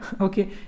Okay